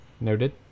Noted